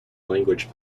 language